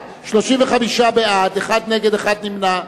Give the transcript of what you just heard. התוצאה: 35 בעד, אחד נגד ואחד נמנע.